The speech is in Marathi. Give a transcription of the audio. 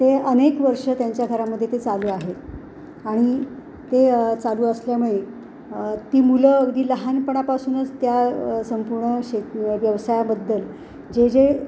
ते अनेक वर्ष त्यांच्या घरामध्ये ते चालू आहेत आणि ते चालू असल्यामुळे ती मुलं अगदी लहानपणापासूनच त्या संपूर्ण शेत व्यवसायाबद्दल जे जे